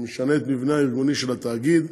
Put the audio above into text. שמשנה את המבנה הארגוני של התאגיד,